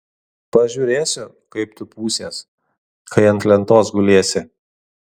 pažiūrėsiu kaip tu pūsies kai ant lentos gulėsi